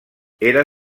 era